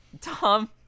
Tom